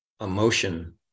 emotion